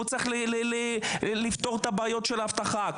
הוא צריך לפתור בעיות של אבטחה,